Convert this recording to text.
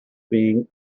being